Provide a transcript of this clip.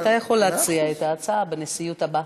אתה יכול להציע את ההצעה בנשיאות הבאה.